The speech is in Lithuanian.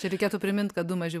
čia reikėtų primint kad du maži